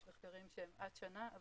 יש מחקרים שהם עד שנה,